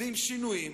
ועם שינויים,